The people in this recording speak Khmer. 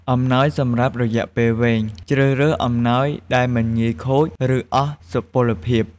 អំណោយសម្រាប់រយៈពេលវែង ជ្រើសរើសអំណោយដែលមិនងាយខូច ឬអស់សុពលភាព។